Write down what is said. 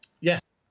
yes